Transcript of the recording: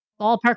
ballpark